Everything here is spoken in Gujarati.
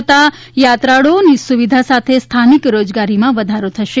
થતાં યાત્રાળુઓની સુવિધા સાથે સ્થાનિક રોજગારીમાં વધારો થશે